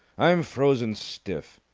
i'm frozen stiff!